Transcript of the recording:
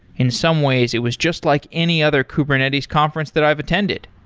in some ways it was just like any other kubernetes conference that i've attended.